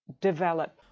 develop